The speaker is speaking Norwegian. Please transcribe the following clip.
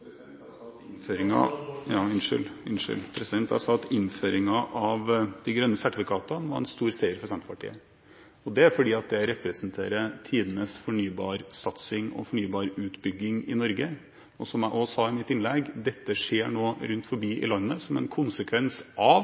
Jeg sa at innføringen av de grønne sertifikatene var en stor seier for Senterpartiet. Det er fordi dette representerer tidenes fornybarsatsing og fornybarutbygging i Norge. Som jeg også sa i mitt innlegg: Dette skjer nå rundt omkring i landet som en konsekvens av